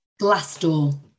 Glassdoor